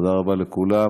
תודה רבה לכולם.